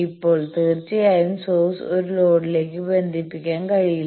ഇപ്പോൾ തീർച്ചയായും സോഴ്സ് ഒരു ലോഡിലേക്ക് ബന്ധിപ്പിക്കാൻ കഴിയില്ല